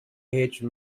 hedge